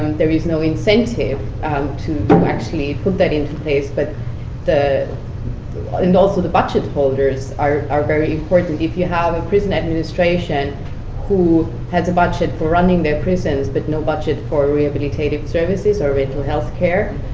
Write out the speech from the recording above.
there is no incentive to to actually put that in place. but and also the budget holders are are very important. if you have a prison administration who has a budget for running their prisons, but no budget for rehabilitative services or mental health care,